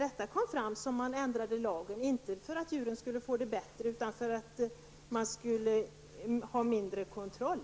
Det var då man ändrade lagen, inte för att djuren skulle få det bättre utan för att man skulle behöva ha mindre kontroll.